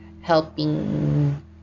helping